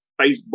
facebook